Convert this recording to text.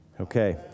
Okay